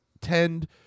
tend